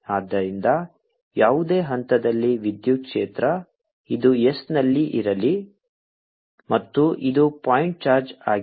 ಆದ್ದರಿಂದ ಯಾವುದೇ ಹಂತದಲ್ಲಿ ವಿದ್ಯುತ್ ಕ್ಷೇತ್ರ ಇದು s ನಲ್ಲಿ ಇರಲಿ ಮತ್ತು ಇದು ಪಾಯಿಂಟ್ ಚಾರ್ಜ್ ಆಗಿದೆ